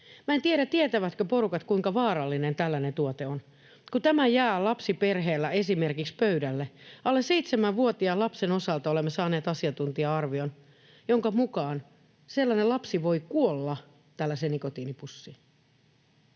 En tiedä, tietävätkö porukat, kuinka vaarallinen tällainen tuote on. Kun tämä jää lapsiperheellä esimerkiksi pöydälle, niin alle seitsemänvuotiaan lapsen osalta olemme saaneet asiantuntija-arvion, jonka mukaan sellainen lapsi voi kuolla tällaiseen nikotiinipussiin.